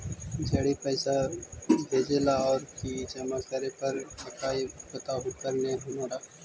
जड़ी पैसा भेजे ला और की जमा करे पर हक्काई बताहु करने हमारा?